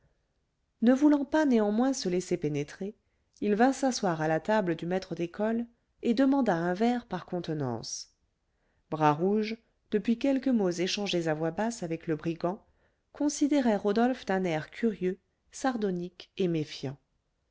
ne voulant pas néanmoins se laisser pénétrer il vint s'asseoir à la table du maître d'école et demanda un verre par contenance bras rouge depuis quelques mots échangés à voix basse avec le brigand considérait rodolphe d'un air curieux sardonique et méfiant